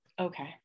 Okay